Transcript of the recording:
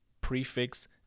Prefix